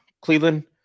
Cleveland